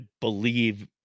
believe